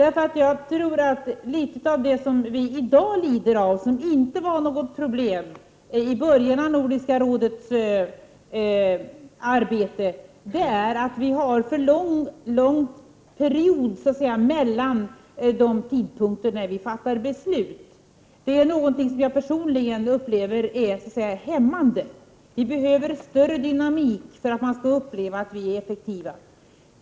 Något av det vi i dag lider av, som inte var något problem i början av Nordiska rådets arbete, är att perioderna mellan de tidpunkter då vi fattar beslut är för långa. Det är något jag personligen upplever är hämmande. Vi behöver större dynamik för att man skall uppleva att vi är effektiva.